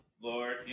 Lord